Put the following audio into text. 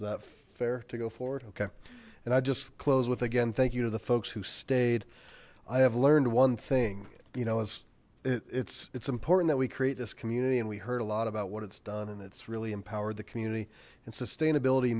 that fair to go forward okay and i just close with again thank you to the folks who stayed i have learned one thing you know as its it's important that we create this community and we heard a lot about what it's done and its really empowered the community and sustainability